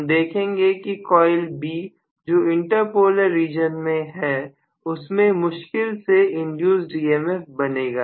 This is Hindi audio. हम देखेंगे कि कॉइल B जो इंटर पोलर रीजन में है उसमें मुश्किल से इंड्यूस्ड EMF बनेगा